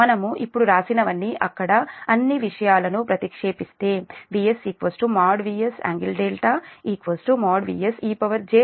మనము ఇప్పుడు రాసినవన్నీ ఇక్కడ అన్ని విషయాలను ప్రతిక్షేపిస్తే VS |VS|∟δ |VS| ejδ అవుతుంది